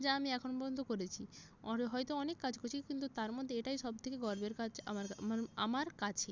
যা আমি এখনো পর্যন্ত করেছি পরে হয়তো অনেক কাজ করেছি কিন্তু তার মধ্যে এটাই সব থেকে গর্বের কাজ আমার কাছে